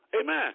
Amen